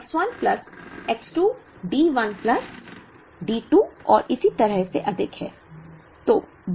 तो X1 plus X 2 D1 plus D 2 और इसी तरह से अधिक है